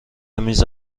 میز